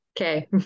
Okay